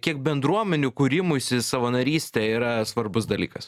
kiek bendruomenių kūrimuisi savanorystė yra svarbus dalykas